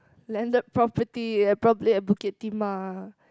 landed property eh probably at Bukit-Timah